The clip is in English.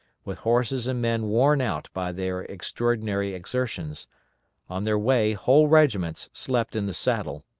with horses and men worn out by their extraordinary exertions on their way whole regiments slept in the saddle.